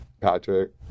Patrick